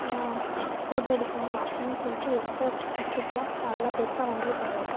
photo எடுக்கணும் அப்படின்னு சொல்லிட்டு எடுத்த பிச்சர்ஸ்லாம் நல்லா பெருசாக வந்தது கிடையாது